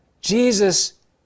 Jesus